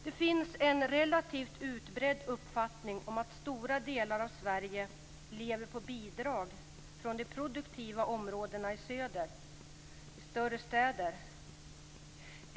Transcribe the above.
Det finns en relativt utbredd uppfattning om att stora delar av Sverige lever på bidrag från de produktiva områdena i söder och från de större städerna.